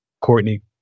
Courtney